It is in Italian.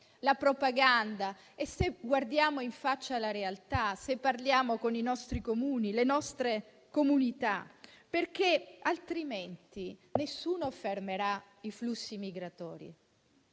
la propaganda, guardiamo in faccia la realtà e parliamo con i nostri Comuni e con le nostre comunità; altrimenti, nessuno fermerà i flussi migratori.